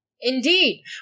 Indeed